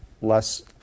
less